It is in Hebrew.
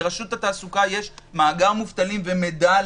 לרשות התעסוקה יש מאגר של מובטלים ומידע עליהם,